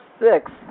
six